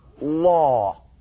law